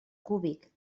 cúbic